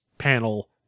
panel